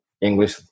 English